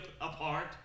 apart